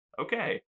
Okay